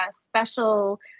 special